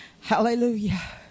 Hallelujah